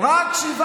אתה מאמין לסקרים?